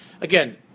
Again